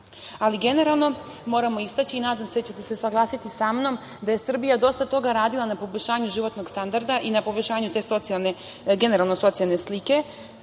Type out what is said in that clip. generalno moramo istaći i nadam se da ćete se saglasiti sa mnom da je Srbija dosta toga radila na poboljšanju životnog standarda i na poboljšanju generalno socijalne slike.